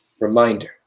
reminder